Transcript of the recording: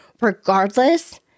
regardless